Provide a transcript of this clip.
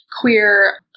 queer